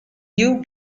new